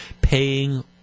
paying